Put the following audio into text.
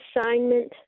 assignment